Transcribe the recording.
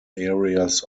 areas